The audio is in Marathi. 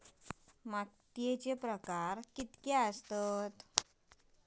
मातीचे प्रकार कितके आसत?